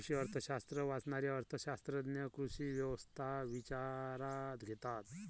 कृषी अर्थशास्त्र वाचणारे अर्थ शास्त्रज्ञ कृषी व्यवस्था विचारात घेतात